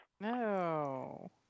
No